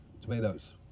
tomatoes